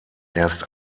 erst